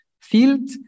field